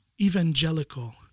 evangelical